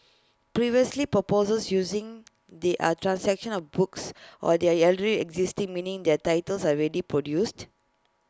previously proposals using they are translations of books or they are existing meaning their titles are already produced